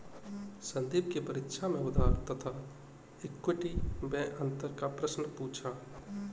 संदीप की परीक्षा में उधार तथा इक्विटी मैं अंतर का प्रश्न पूछा